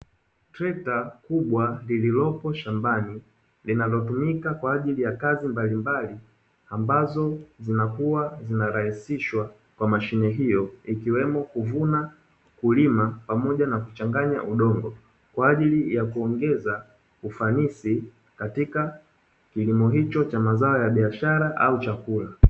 Trekta kubwa lililopo shambani linalotumika kwa ajili ya kazi mbalimbali ambazo zinakuwa zinarahisishwa kwa mashine hiyo ikiwemo kuvuna, kulima, pamoja na kuchanganya udongo kwa ajili ya kuongeza ufanisi katika kilimo hicho cha mazao ya biashara au chakula.